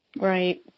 Right